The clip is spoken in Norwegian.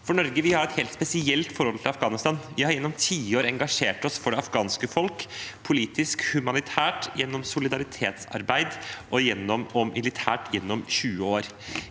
I Norge har vi et spesielt forhold til Afghanistan. Vi har gjennom tiår engasjert oss for det afghanske folk – politisk, humanitært og gjennom solidaritetsarbeid – og militært gjennom 20 år.